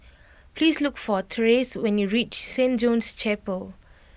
please look for Therese when you reach Saint John's Chapel